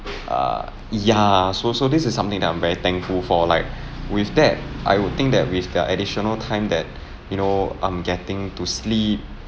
err yeah so so this is something that I'm very thankful for like with that I would think that with the additional time that you know I'm getting to sleep